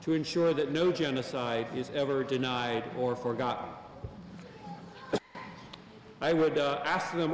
to ensure that no genocide is ever denied or forgot i would ask them